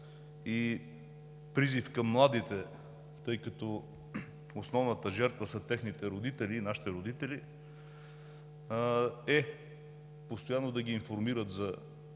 призив към младите, тъй като основната жертва са техните родители – нашите родители, постоянно да ги информират за